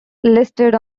listed